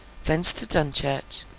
thence to dunchurch,